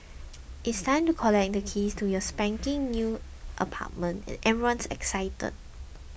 it's time to collect the keys to your spanking new apartment and everyone is excited